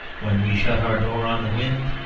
when we shut our door on the wind,